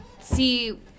see